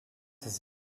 his